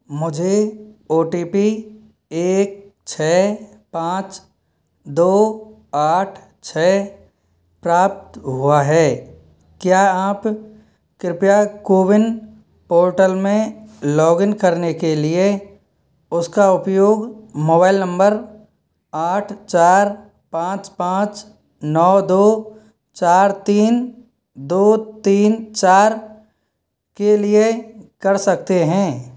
मुझे O T P एक छः पाँच दो आठ छः प्राप्त हुआ है क्या आप कृपया कोविन पॉर्टल में लॉग इन करने के लिए उसका उपयोग मोबाइल नंबर आठ चार पाँच पाँच नौ दो चार तीन दो तीन चार के लिए कर सकते हैं